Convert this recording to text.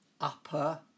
upper